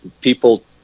people